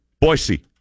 Boise